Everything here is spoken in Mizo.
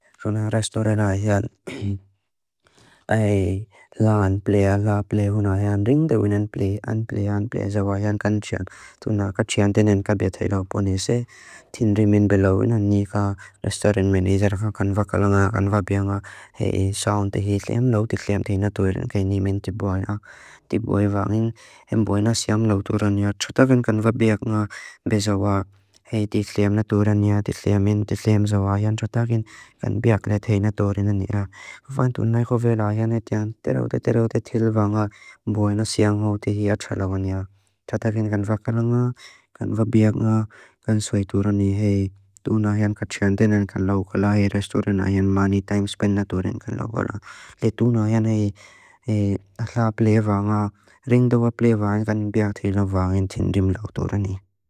Rūna rastorela aitha laa anplea, laa plea hūna ayan ringdewi anplea, anplea, anplea zawa ayan kanchian. Tūna kachian tēnen kabe tēlo ponise tīn rimin belau inanika rastoremen i zaraka kanvakalanga, kanvapianga, hei sānti hītliam lau tītliam tīn natūrin kainīmen tibu ayan. Tibu ayan va'angin emboina siam lau tūran ia txutagan kanvapiakanga be zawa hei tītliam natūran ia tītliamen tītliam zawa ayan txutagan kanbiakla tēna tūrin an ia. Va'angin tūna iko vela ayan e tian tēraute tēraute tīla va'angin emboina siang hau tihia txalau an ia. Txutagan kanvakalanga, kanvapianga, kansoi tūran i hei. Tūna ayan kachian tēnen kanlaukala ayan rastoremen ayan mani taimspen natūrin kanlaukala. Hei tūna ayan e laa plea va'angin, ringdewa plea va'angin kanbiakla tīla va'angin tīn rim lau tūran i.